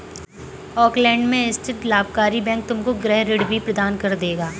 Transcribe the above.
Auckland में स्थित लाभकारी बैंक तुमको गृह ऋण भी प्रदान कर देगा